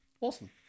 awesome